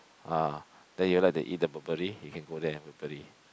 ah then you like to eat the properly you can go there and properly